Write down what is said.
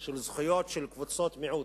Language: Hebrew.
של זכויות של קבוצות מיעוט.